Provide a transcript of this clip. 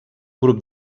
grup